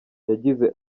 yagize